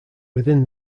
within